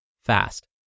fast